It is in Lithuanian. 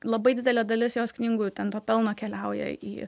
labai didelė dalis jos knygų ten to pelno keliauja į